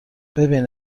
ببین